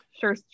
sure